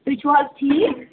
تُہۍ چھِو حظ ٹھیٖک